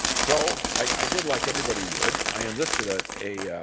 so i did like everybody would. i enlisted ah a